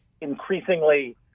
increasingly